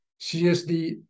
CSD